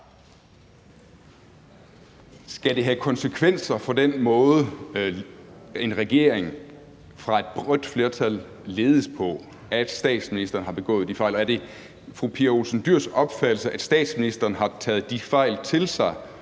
Ole Birk Olesen (LA): Skal den måde, en regering fra et rødt flertal ledes på, og det, at statsministeren har begået de fejl, have konsekvenser, og er det fru Pia Olsen Dyhrs opfattelse, at statsministeren har taget de fejl til sig